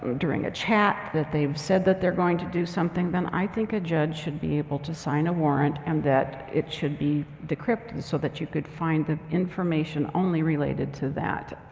during a chat that they've said that their going to do something, then i think a judge should be able to sign a warrant and that it should be decrypted so that you could find the information only related to that.